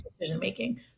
decision-making